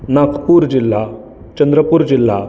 नाकपूर जिल्हा चंद्रपूर जिल्हा